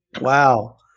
Wow